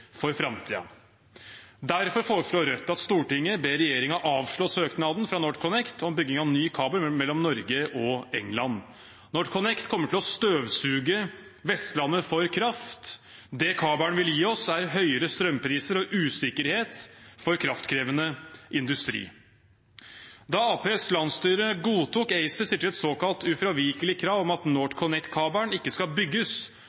for framtiden. Derfor foreslår Rødt: «Stortinget ber regjeringen avslå søknaden fra NorthConnect om bygging av ny kabel mellom Norge og Storbritannia.» NorthConnect kommer til å støvsuge Vestlandet for kraft. Det kabelen vil gi oss, er høyere strømpriser og usikkerhet for kraftkrevende industri. Da Arbeiderpartiets landsstyre godtok ACER, stilte de et såkalt ufravikelig krav om at NorthConnect-kabelen ikke skal bygges